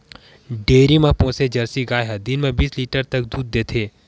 dairy म पोसे Jersey गाय ह दिन म बीस लीटर तक दूद देथे